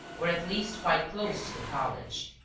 or at least quite close to the college.